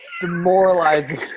demoralizing